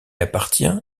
appartient